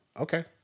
Okay